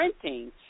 printing